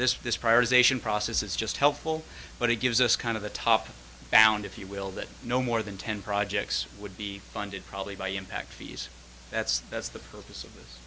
this this prior ization process is just helpful but it gives us kind of the top down if you will that no more than ten projects would be funded probably by impact fees that's that's the focus of this